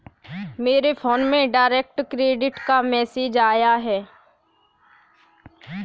मेरे फोन में direct credit का मैसेज आया है